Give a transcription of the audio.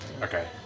Okay